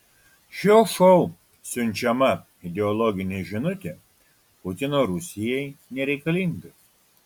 šio šou siunčiama ideologinė žinutė putino rusijai nereikalinga